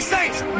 Saints